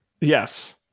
Yes